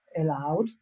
allowed